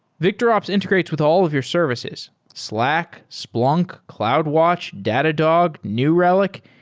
victorops integrates with all of your services slack, splunk, cloudwatch, datadog, new relic,